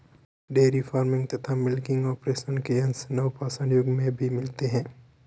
dairy farming तथा milking operation के अंश नवपाषाण युग में भी मिलते हैं